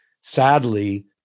sadly